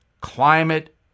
climate